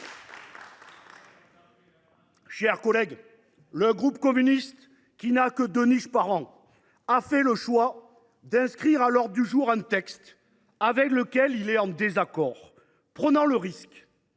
et Écologiste – Kanaky, qui n’a que deux niches par an, a fait le choix d’inscrire à l’ordre du jour un texte avec lequel il est en désaccord, prenant le risque